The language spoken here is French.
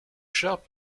sharp